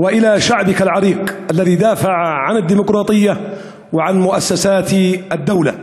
ואת עמך העתיק אשר הגן על הדמוקרטיה ועל מוסד המדינה.)